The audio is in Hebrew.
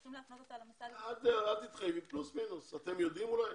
להפנות אותה למוסד לביטוח לאומי.